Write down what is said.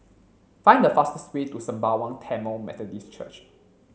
find the fastest way to Sembawang Tamil Methodist Church